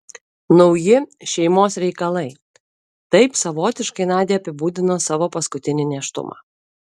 nauji šeimos reikalai taip savotiškai nadia apibūdino savo paskutinį nėštumą